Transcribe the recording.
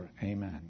Amen